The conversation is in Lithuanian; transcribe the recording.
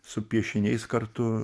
su piešiniais kartu